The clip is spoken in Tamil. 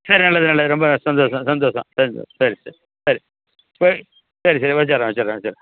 சரி நல்லது நல்லது ரொம்ப சந்தோசம் சந்தோசம் சந்தோ சரி சரி சரி சரி சரி சரி வச்சிடுறேன் வச்சிடுறேன் வச்சிடுறேன்